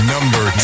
Number